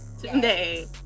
Today